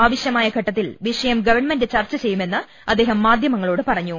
ആവ ശ്യമായ ഘട്ടത്തിൽ വിഷയം ഗവൺമെന്റ് ചർച്ച ചെയ്യുമെന്ന് അദ്ദേഹം മാധ്യമങ്ങളോട് പറഞ്ഞു